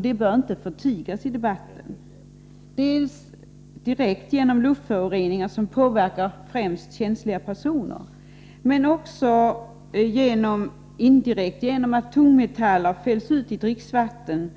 Det bör inte förtigas i debatten. Riskerna uppstår dels direkt genom luftföroreningar som påverkar främst känsliga personer, dels indirekt genom att tungmetaller fälls ut i dricksvattnet.